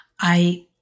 I-